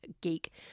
geek